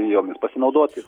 jomis pasinaudoti